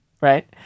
right